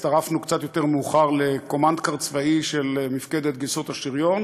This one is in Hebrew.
הצטרפנו קצת יותר מאוחר לקומנדקר צבאי של מפקדת גייסות השריון